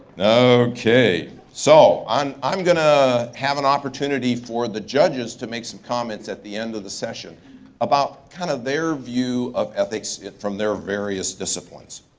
okay, so i'm gonna have an opportunity for the judges to make some comments at the end of the session about kind of their view of ethics from their various disciplines.